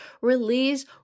release